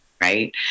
right